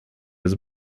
was